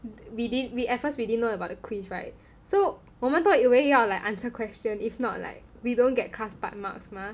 we didn't we at first we didn't know about the quiz right so 我们都以为要 like answer question if not like we don't get class part marks mah